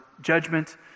judgment